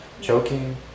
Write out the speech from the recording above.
Choking